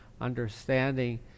understanding